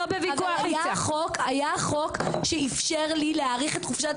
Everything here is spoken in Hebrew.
היה חוק שאיפשר לי להאריך את חופשת